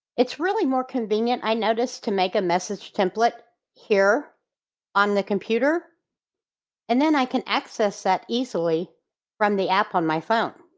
it's really more convenient i noticed to make a message template here on the computer and then i can access that easily from the app on my phone.